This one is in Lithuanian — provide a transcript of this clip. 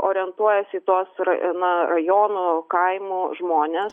orientuojasi į tuos ra na rajonų kaimų žmones